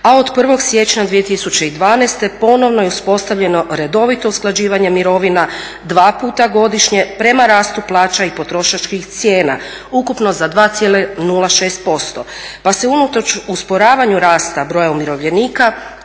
a od 1.siječnja 2012.ponovno je uspostavljeno redovito usklađivanje mirovina dva puta godišnje prema rastu plaća i potrošačkih cijena ukupno za 2,06%. Pa se unatoč usporavanju rasta broja umirovljenika udjel